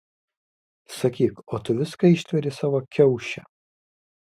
sakyk o tu viską ištveri savo kiauše